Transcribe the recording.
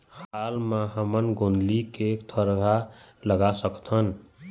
हाल मा हमन गोंदली के थरहा लगा सकतहन?